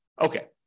okay